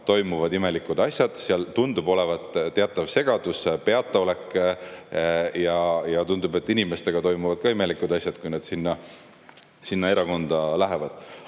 toimuvad imelikud asjad. Seal tundub olevat teatav segadus ja peataolek. Ja tundub, et inimestega toimuvad ka imelikud asjad, kui nad sinna erakonda [astuvad].